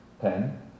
pen